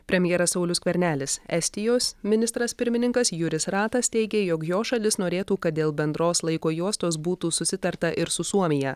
premjeras saulius skvernelis estijos ministras pirmininkas juris ratas teigė jog jo šalis norėtų kad dėl bendros laiko juostos būtų susitarta ir su suomija